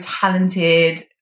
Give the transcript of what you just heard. talented